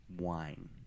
Wine